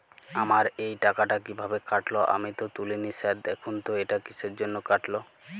আমার এই টাকাটা কীভাবে কাটল আমি তো তুলিনি স্যার দেখুন তো এটা কিসের জন্য কাটল?